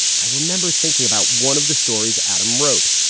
i remember thinking about one of the stories adam wrote,